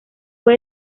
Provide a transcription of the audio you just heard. fue